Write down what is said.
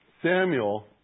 Samuel